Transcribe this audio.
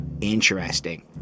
interesting